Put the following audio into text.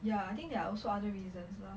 ya I think there are also other reasons lah